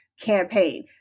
campaign